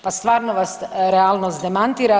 Pa stvarno vas realnost demantira.